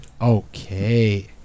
Okay